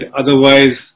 otherwise